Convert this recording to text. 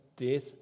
death